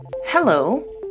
Hello